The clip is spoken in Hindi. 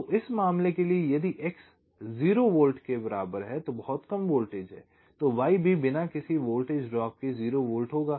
तो इस मामले के लिए यदि X 0 वोल्ट के बराबर है तो बहुत कम वोल्टेज है तो Y भी बिना किसी वोल्टेज ड्रॉप के 0 वोल्ट होगा